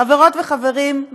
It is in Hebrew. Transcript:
חברות וחברים,